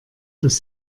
dass